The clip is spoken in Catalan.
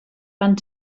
van